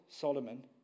Solomon